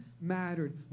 mattered